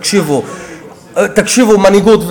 תקשיבו, מנהיגות.